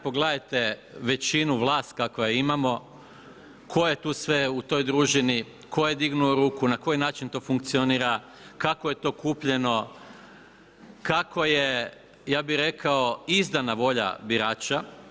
Pogledajte većinu, vlast kakvu imamo, tko je tu sve u toj družini, tko je dignuo ruku, na koji način to funkcionira, kako je to kupljeno, kako je ja bih rekao izdana volja birača.